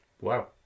Wow